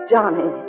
Johnny